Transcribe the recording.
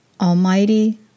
Almighty